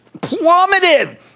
plummeted